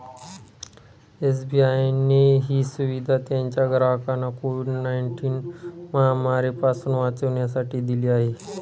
SBI ने ही सुविधा त्याच्या ग्राहकांना कोविड नाईनटिन महामारी पासून वाचण्यासाठी दिली आहे